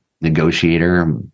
negotiator